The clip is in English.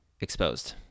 exposed